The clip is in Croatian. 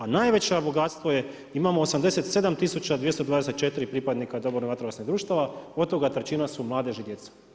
A najveće bogatstvo je, imamo 87 tisuća 224 pripadnika dobrovoljnih vatrogasnih društava, od toga trećina su mladež i djeca.